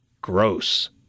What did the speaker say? Gross